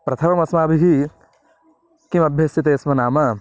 प्रथममस्माभिः किम् अभ्यस्यते स्म नाम